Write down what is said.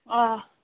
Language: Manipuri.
ꯑꯥ